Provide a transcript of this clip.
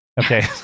okay